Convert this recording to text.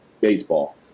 baseball